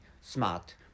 smart